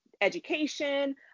education